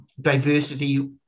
diversity